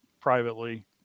privately